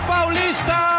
Paulista